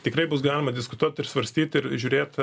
tikrai bus galima diskutuot ir svarstyt ir žiūrėt